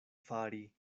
fari